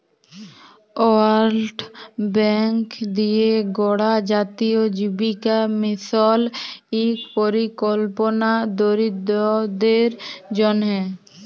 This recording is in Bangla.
ওয়ার্ল্ড ব্যাংক দিঁয়ে গড়া জাতীয় জীবিকা মিশল ইক পরিকল্পলা দরিদ্দরদের জ্যনহে